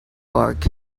work